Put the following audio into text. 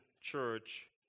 Church